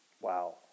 Wow